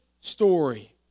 story